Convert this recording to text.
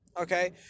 okay